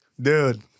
Dude